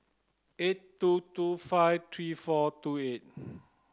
eight two two five three four two eight